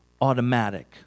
automatic